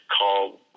called